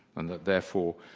and that, therefore,